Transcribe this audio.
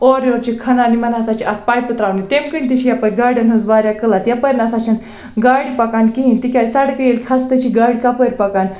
اورٕ یورٕ چھِ کھَنان یِمَن ہسا چھِ اَتھ پایپہٕ ترٛاونہِ تٔمۍ کِنۍ تہِ چھِ یپٲرۍ گاڑٮ۪ن ہٕنٛز واریاہ قلت یَپٲرۍ نہ سا چھِنہٕ گاڑِ پکان کِہینۍ تِکیٛازِ سڑکہٕ ییٚلہِ خستہٕ چھِ گاڑِ کَپٲرۍ پَکَن